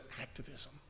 activism